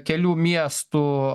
kelių miestų